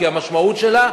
כי המשמעות שלה,